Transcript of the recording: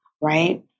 Right